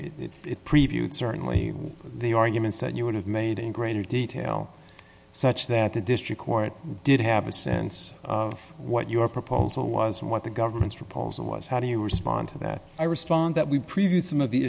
that it previewed certainly the arguments that you would have made in greater detail such that the district court did have a sense of what your proposal was and what the government's proposal was how do you respond to that i respond that we previewed some of the